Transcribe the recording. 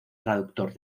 traductor